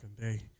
day